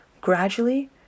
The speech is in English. Gradually